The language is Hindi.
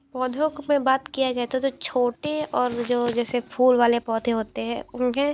पौधों पे बात किया जाता है तो छोटे और वो जो जैसे फूल वाले पौधे होते हैं उनके